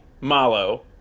Malo